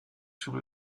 sous